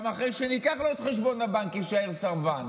גם אחרי שניקח לו את חשבון הבנק, אולי יישאר סרבן.